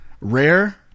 Rare